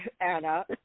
Anna